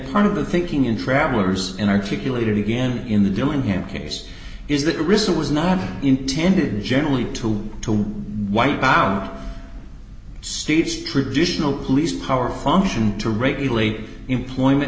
part of the thinking in travelers in articulated again in the dillingham case is that ricin was not intended generally to wipe our streets traditional police power function to regulate employment